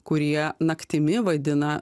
kurie naktimi vadina